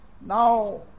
now